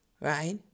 right